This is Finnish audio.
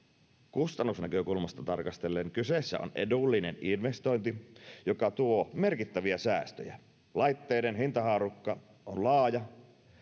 kustannusnäkökulmasta tarkastellen kyseessä on edullinen investointi joka tuo merkittäviä säästöjä laitteiden hintahaarukka on laaja